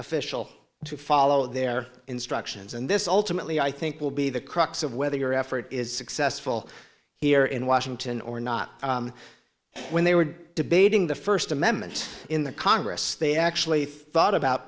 official to follow their instructions and this ultimately i think will be the crux of whether your effort is successful here in washington or not when they were debating the first amendment in the congress they actually thought about